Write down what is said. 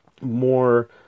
more